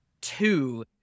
two